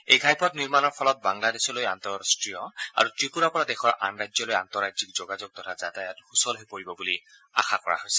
এই ঘাইপথ নিৰ্মাণৰ ফলত বাংলাদেশলৈ আন্তঃৰাষ্ট্ৰীয় আৰু ত্ৰিপুৰাৰ পৰা দেশৰ আনৰাজ্যলৈ আন্তঃৰাজ্যিক যোগাযোগ তথা যাতায়াত সূচল হৈ পৰিব বুলি আশা কৰা হৈছে